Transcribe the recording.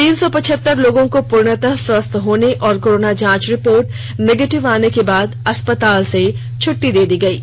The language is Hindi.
तीन सौ पचहत्तर लोगों को पूर्णतः स्वस्थ होने और कोरोना जांच रिपोर्ट निगेटिव आने के बाद अस्पताल से छुट्टी दे दी गयी है